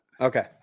Okay